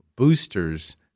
boosters